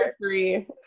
three